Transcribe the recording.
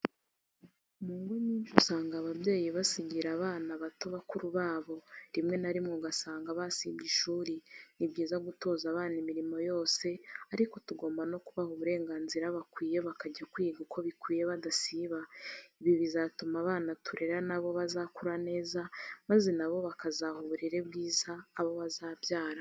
Mu ngo nyinshi usanga ababyeyi basigira abana bato bakuru babo rimwe na rimwe ugasanga basibye ishuri, ni byiza gutoza abana imirimo yose ariko tugomba no kubaha uburenganzira bakwiye bakajya kwiga uko bikwiye badasiba, ibi bizatuma abana turera na bo bazakura neza maze nabo bakazaha uburere bwiza abo bazabyara.